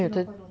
没有真